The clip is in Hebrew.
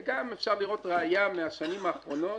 וגם אפשר לראות ראיה מהשנים האחרונות,